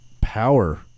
power